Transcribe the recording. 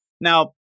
Now